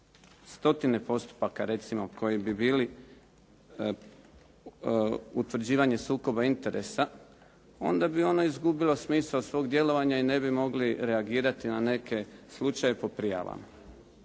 stotine postupaka recimo koji bi bili utvrđivanje sukoba interesa, onda bi ono izgubilo smisao svog djelovanja i ne bi mogli reagirati na neke slučajeve po prijavama.